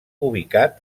ubicat